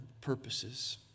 purposes